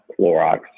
Clorox